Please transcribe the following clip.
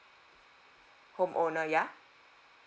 home owner ya